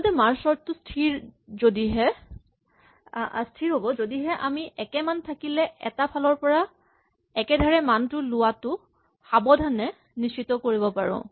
আনহাতে merge sort টো স্হিৰ যদিহে আমি একে মান থাকিলে এটা ফালৰ পৰা একেধাৰে মান লোৱাটো সাৱধানে নিশ্চিত কৰিব পাৰো